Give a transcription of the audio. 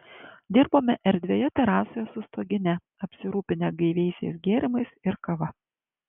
dirbome erdvioje terasoje su stogine apsirūpinę gaiviaisiais gėrimais ir kava